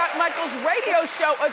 michael's radio show,